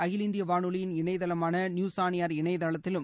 அகில இந்திய வாரொனலியின் இணையதளமான நியூஸ் ஆன் ஏர் இணையதளத்திலும்